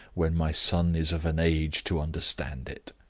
when my son is of an age to understand it.